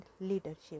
leadership